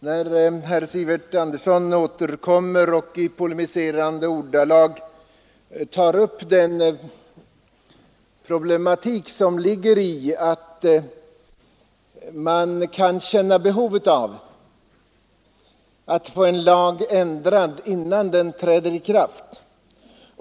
Herr talman! Herr Sivert Andersson i Stockholm återkommer och tar i polemiserande ordalag upp den problematik som ligger i att man kan känna behov av att få en lag ändrad redan innan den träder i kraft.